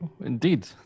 Indeed